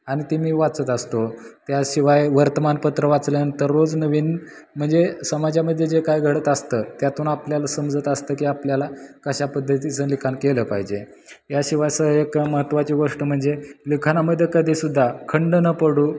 आणि ती मी वाचत असतो त्याशिवाय वर्तमानपत्र वाचल्यानंतर रोज नवीन म्हणजे समाजामध्ये जे काय घडत असतं त्यातून आपल्याला समजत असतं की आपल्याला कशा पद्धतीचं लिखाण केलं पाहिजे या शिवायचं एक महत्वाची गोष्ट म्हणजे लिखाणामध्ये कधीसुद्धा खंड न पडू